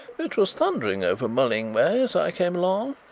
it was thundering over mulling way as i came along.